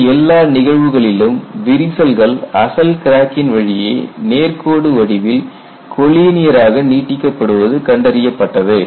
இந்த எல்லா நிகழ்வுகளிலும் விரிசல்கள் அசல் கிராக்கின் வழியே நேர்கோடு வடிவில் கோலினியராக நீட்டிக்கப்படுவது கண்டறியப்பட்டது